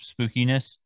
spookiness